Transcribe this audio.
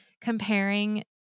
comparing